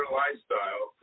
lifestyle